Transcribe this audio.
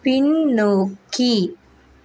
பின்னோக்கி